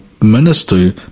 Minister